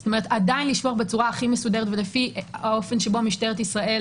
זאת אומרת עדיין לשמור בצורה הכי מסודרת ולפי האופן שבו משטרת ישראל